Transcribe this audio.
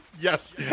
Yes